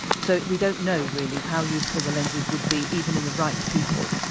so, we don't know really how useful the lenses would be even in the right people.